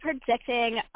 predicting